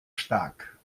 stark